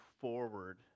forward